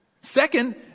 Second